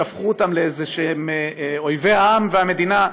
שהפכו אותם לאיזשהם אויבי העם והמדינה.